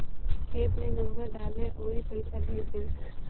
app में number डालअ अउरी पईसा भेज दअ